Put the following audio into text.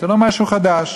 זה לא משהו חדש.